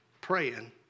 praying